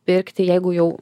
pirkti jeigu jau